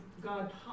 God